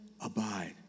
Abide